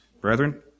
Brethren